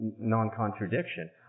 non-contradiction